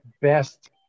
best